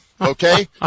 Okay